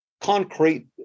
concrete